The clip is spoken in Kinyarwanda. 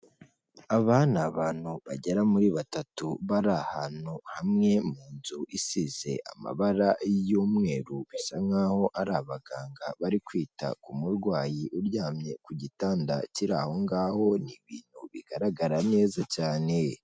Aba ni abantu bagera muri batatu bari ahantu hamwe mu nzu isize amabara y'umweru, bisa nkaho ari abaganga bari kwita ku murwayi uryamye ku gitanda kiri aho ngaho, ni ibintu bigaragara neza cyane.